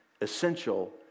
essential